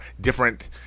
different